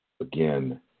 Again